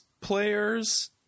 players